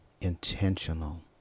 intentional